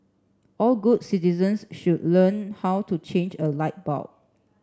all good citizens should learn how to change a light bulb